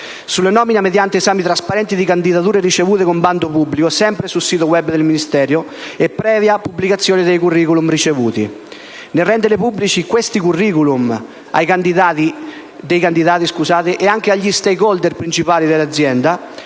alla nomina mediante esami trasparenti di candidature ricevute con bando pubblico sempre su sito *web* del Ministero, e previa pubblicazione dei *curricula* ricevuti; a rendere pubblici i *curricula* dei candidati anche agli *stakeholder* principali dell'azienda;